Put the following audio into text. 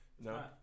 no